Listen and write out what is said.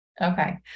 Okay